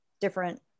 different